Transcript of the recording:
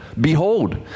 Behold